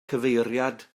cyfeiriad